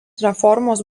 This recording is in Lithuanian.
reformos